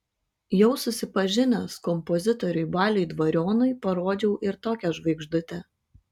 jau susipažinęs kompozitoriui baliui dvarionui parodžiau ir tokią žvaigždutę